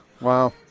Wow